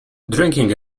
drinking